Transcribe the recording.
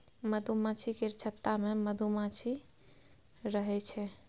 मधुमाछी केर छत्ता मे मधुमाछी रहइ छै